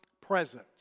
presence